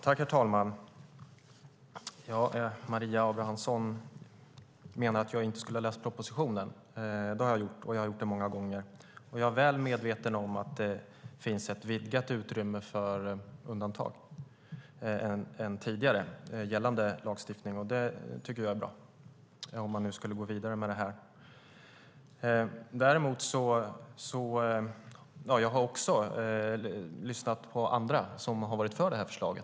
Herr talman! Maria Abrahamsson menar att jag inte skulle ha läst propositionen. Det har jag gjort, och jag har gjort det många gånger. Och jag är väl medveten om att det finns ett större utrymme för undantag än i gällande lagstiftning. Det tycker jag är bra, om man nu skulle gå vidare med lagförslaget. Jag har också lyssnat på andra som är för förslaget.